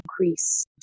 increase